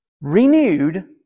renewed